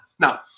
Now